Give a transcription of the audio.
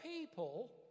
people